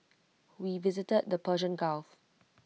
we visited the Persian gulf